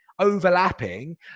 overlapping